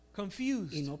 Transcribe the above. confused